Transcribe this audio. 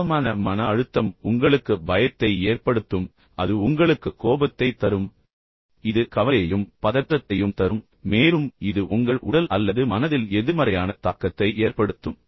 மோசமான மன அழுத்தம் உங்களுக்கு பயத்தை ஏற்படுத்தும் அது உங்களுக்கு கோபத்தைத் தரும் அது உங்களுக்கு அச்சத்தை ஏற்படுத்தும் இது உங்களுக்கு கவலையைத் தரும் அது உங்களுக்கு பதற்றத்தைத் தரும் மேலும் இது உங்கள் உடல் அல்லது மனதில் எதிர்மறையான தாக்கத்தை ஏற்படுத்தும்